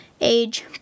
age